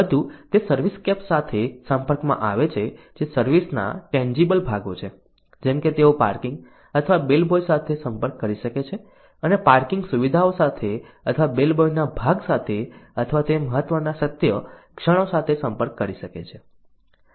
વધુ તે સર્વિસસ્કેપ સાથે સંપર્કમાં આવે છે જે સર્વિસ ના ટેન્જીબલ ભાગો છે જેમ કે તેઓ પાર્કિંગ અથવા બેલબોય સાથે સંપર્ક કરી શકે છે અને પાર્કિંગ સુવિધાઓ સાથે અથવા બેલબોયના ભાગ સાથે અથવા તે મહત્વના સત્ય ક્ષણો સાથે સંપર્ક કરી શકે છે